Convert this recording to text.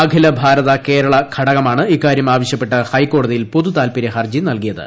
അഖിലഭാരത കേരള ഘടകമാണ് ഇക്കാര്യം ആവശ്യപ്പെട്ട് ഹൈക്കോടതിയിൽ പൊതുതാല്പര്യ ഹർജി നല്കിയത്